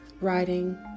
writing